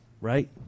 Right